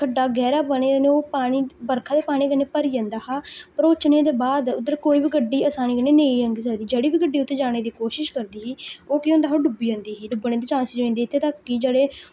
खड्डा गैह्रा बने ओह् पानी बरखा दे पानी कन्नै भरी जंदा हा भरोचने दे बाद उद्धर कोई बी गड्डी आसानी कन्नै नेईं लङग्गी सकदी जेह्ड़ी बी गड्डी उत्थें जाने दी कोशिश करदी ही ओह् केह् होंदा हा डुब्बी जंदी ही ते बड़े चांसिस होई जंदे हे इत्थें कि जेह्ड़े